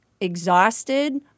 exhausted